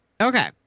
Okay